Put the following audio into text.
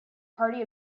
party